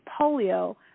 polio